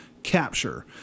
capture